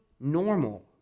normal